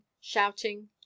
shouting